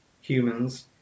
humans